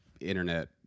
internet